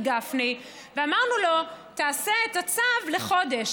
גפני ואמרנו לו: תעשה את הצו לחודש,